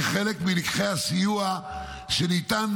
כחלק מלקחי הסיוע שניתן,